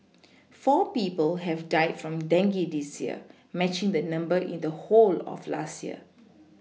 four people have died from dengue this year matching the number in the whole of last year